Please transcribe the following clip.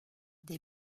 des